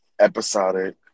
episodic